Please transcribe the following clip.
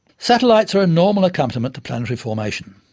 satellites are a normal accompaniment to planetary formation.